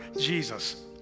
Jesus